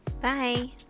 Bye